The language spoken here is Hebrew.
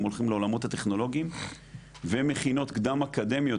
הולכים לעולמות הטכנולוגיים ומכינות קדם אקדמיות